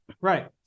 Right